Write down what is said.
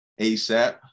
ASAP